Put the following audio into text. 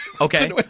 Okay